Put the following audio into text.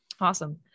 awesome